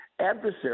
adversary